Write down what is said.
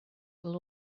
will